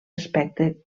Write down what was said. aspecte